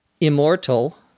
immortal